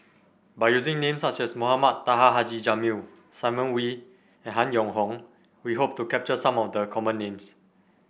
by using names such as Mohamed Taha Haji Jamil Simon Wee and Han Yong Hong we hope to capture some of the common names